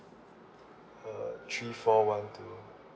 uh three four one two